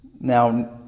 Now